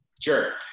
Sure